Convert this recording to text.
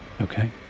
okay